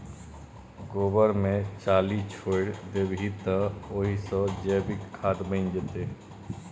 गोबर मे चाली छोरि देबही तए ओहि सँ जैविक खाद बनि जेतौ